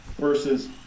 versus